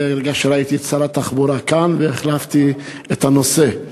כי ראיתי את שר התחבורה כאן והחלפתי את הנושא.